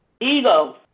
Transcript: ego